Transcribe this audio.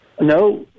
No